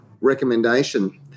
recommendation